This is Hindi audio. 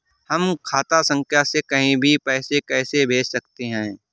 हम खाता संख्या से कहीं भी पैसे कैसे भेज सकते हैं?